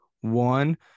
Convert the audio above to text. one